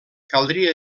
caldria